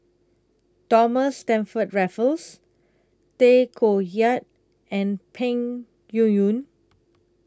Thomas Stamford Raffles Tay Koh Yat and Peng Yuyun